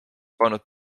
pannud